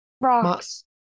Rocks